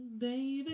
baby